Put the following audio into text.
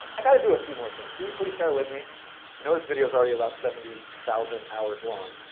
i got to do a few more things. will you please bear with me? you know, this video's already about seventy thousand hours long.